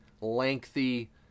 lengthy